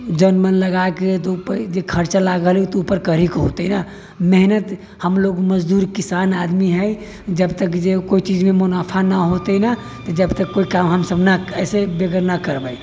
जोन मोन लगाके दू पाइ खर्चा लागल होतै तऽ ओकरा ऊपर करही के होतै न मेहनत हमलोग मजदूर किसान आदमी है जब तक जे कोइ चीज मे मुनाफा नहि होतै न तऽ जब तक कोइ काम हमसभ न ऐसे बेगर ना करबै